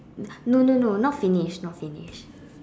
no no no not finished not finished